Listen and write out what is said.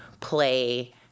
play